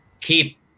keep